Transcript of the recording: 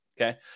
okay